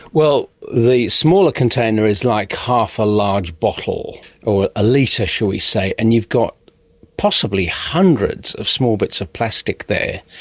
well, the smaller container is like half a large bottle or a litre, shall we say, and you've got possibly hundreds of small bits of plastic there.